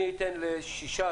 אני אתן לשישה,